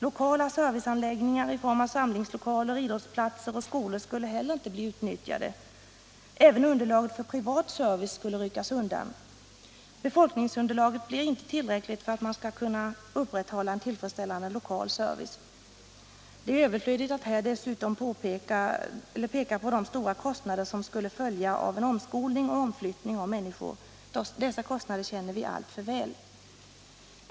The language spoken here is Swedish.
Lokala serviceanläggningar i form av samlingslokaler, idrottsplatser och skolor skulle heller inte bli utnyttjade. Även underlaget för privat service skulle ryckas undan. Befolkningsunderlaget blir inte tillräckligt för att man skall kunna upprätthålla en tillfredsställande lokal service. Det är överflödigt att här dessutom peka på de stora kostnader som skulle följa av en omskolning och omflyttning av människorna. Dessa kostnader känner vi alltför väl.